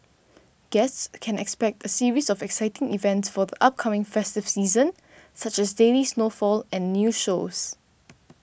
guests can expect a series of exciting events for the upcoming festive season such as daily snowfall and new shows